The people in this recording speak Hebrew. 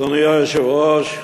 אדוני היושב-ראש,